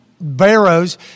Barrows